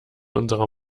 unserer